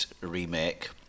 remake